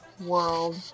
world